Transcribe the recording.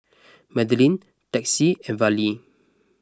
Madlyn Texie and Vallie